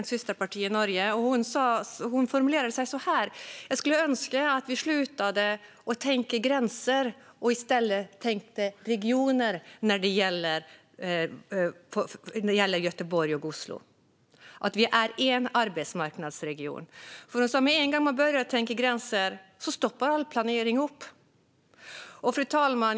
Hon formulerade sig på följande sätt: Jag skulle önska att vi slutade att tänka gränser och i stället tänker regioner när det gäller Göteborg och Oslo och att vi är en arbetsmarknadsregion. Hon sa att så fort man börjar tänka gränser stannar all planering upp. Fru talman!